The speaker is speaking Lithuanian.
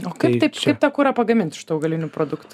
o kaip tąip kurą pagaminti iš augalinių produktų